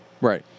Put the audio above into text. Right